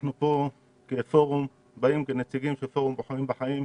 אנחנו באים לפה כנציגים של פורום "בוחרים בחיים",